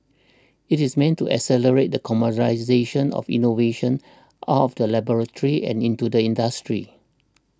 it is meant to accelerate the commercialisation of innovations out of the laboratory and into the industry